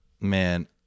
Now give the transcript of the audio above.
Man